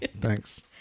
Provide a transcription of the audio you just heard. thanks